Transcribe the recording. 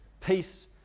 Peace